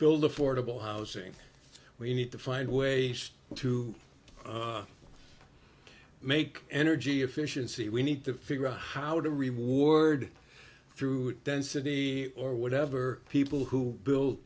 build affordable housing we need to find ways to make energy efficiency we need to figure out how to reward through density or whatever people who buil